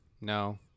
No